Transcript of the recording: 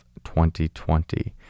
2020